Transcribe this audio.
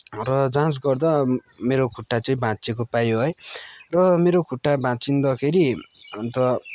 र जाँच गर्दा मेरो खुट्टा चाहिँ भाँच्चिएको को पायो है र मेरो खुट्टा भाँच्चिदाखेरि अन्त